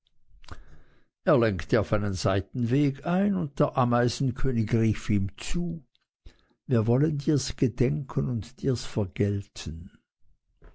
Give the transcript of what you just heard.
er lenkte auf einen seitenweg ein und der ameisenkönig rief ihm zu wir wollen dirs gedenken und dirs vergelten